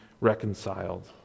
reconciled